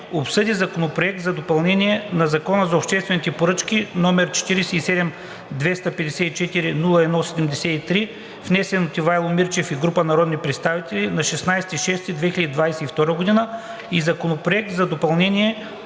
обсъди Законопроект за допълнение на Закона за обществените поръчки, № 47-254-01-73, внесен от Ивайло Мирчев и група народни представители на 16 юни 2022 г. и Законопроект за допълнение